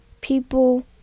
people